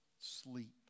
sleep